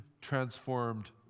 transformed